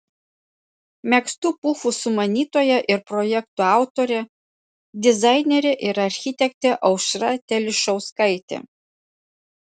megztų pufų sumanytoja ir projekto autorė dizainerė ir architektė aušra telišauskaitė